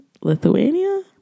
Lithuania